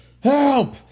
help